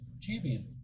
champion